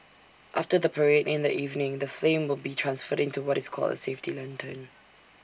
after the parade in the evening the flame will be transferred into what is called A safety lantern